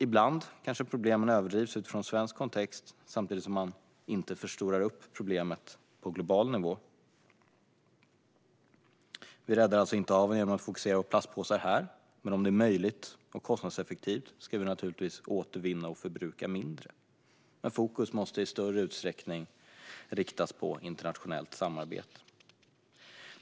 Ibland kanske problemet alltså överdrivs utifrån svensk kontext, samtidigt som man underskattar problemet på global nivå. Vi räddar inte haven genom att fokusera på plastpåsar här. Om det är möjligt och kostnadseffektivt ska vi naturligtvis återvinna mer och förbruka mindre, men fokus måste i större utsträckning läggas på internationellt samarbete.